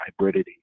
hybridity